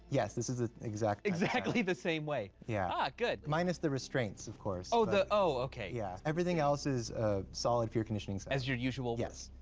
yes, this is the exact exactly the same way. yeah minus the restraints, of course. oh, the oh, okay. yeah. everything else is solid fear conditioning as your usual? yes.